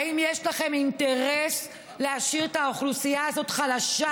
האם יש לכם אינטרס להשאיר את האוכלוסייה הזאת חלשה?